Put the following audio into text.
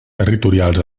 territorials